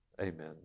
Amen